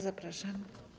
Zapraszam.